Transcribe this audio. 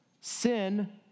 Sin